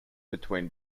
between